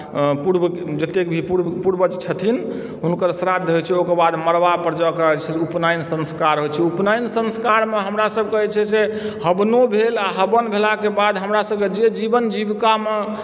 पूर्व जतेक भी पूर्व पूर्वज छथिन हुनकर श्राद्ध होइत छै ओहिके बाद मड़बापर जा कऽ उपनयन संस्कार होइत छै उपनयन संस्कारमे हमरासभके जे छै से हवनो भेल आ हवन भेलाके बाद हमरासभके जे जीवन जीविकामे